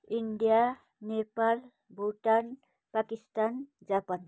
India Nepal Bhutan Pakistan Japan